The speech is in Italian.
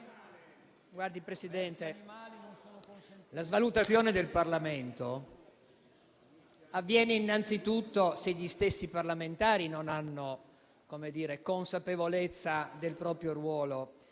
la svalutazione del Parlamento avviene innanzitutto se gli stessi parlamentari non hanno consapevolezza del proprio ruolo